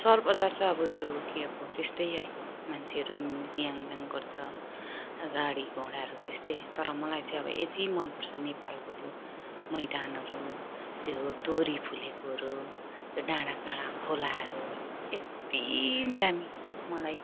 सहर बजार त अब त्यो के अब त्यस्तै है मान्छेहरू हिँड्ने याङ याङ गर्छ गाडीघोडाहरू त्यस्तै तर मलाई चाहिँ अब यति मनपर्छ नेपालको त्यो मैदानहरू त्यो तोरी फुलेकोहरू त्यहाँ डाँडा काँडा खोलाहरू यत्ति दामी मलाई